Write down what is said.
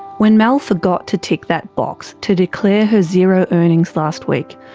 when mel forgot to tick that box to declare her zero earnings last week,